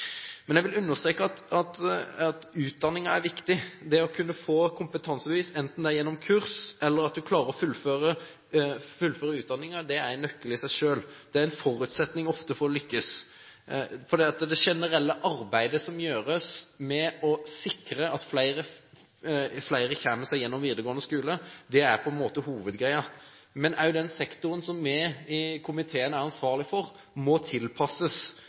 men den kan også redde – og der følger Senterpartiet Arbeiderpartiet veldig langt på vei. Faktisk kan individstønaden gjøre at de som er falt utenfor, ser en gulrot som gjør at de velger å gå videre på kurs. Jeg vil understreke at utdanning er viktig – det å kunne få kompetansebevis enten gjennom kurs eller at man klarer å fullføre utdanning, er en nøkkel i seg selv. Det er ofte en forutsetning for å kunne lykkes. Det generelle arbeidet som gjøres med å sikre at flere kommer seg gjennom videregående skole, er